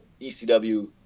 ecw